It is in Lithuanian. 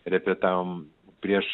repetavom prieš